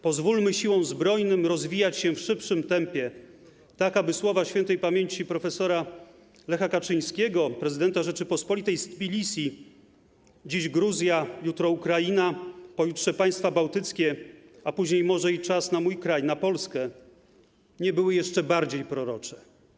Pozwólmy Siłom Zbrojnym rozwijać się w szybszym tempie, tak aby słowa śp. prof. Lecha Kaczyńskiego, prezydenta Rzeczypospolitej, z Tbilisi, że dziś Gruzja, jutro Ukraina, pojutrze państwa bałtyckie, a później może i czas na mój kraj, na Polskę, nie były jeszcze bardziej prorocze.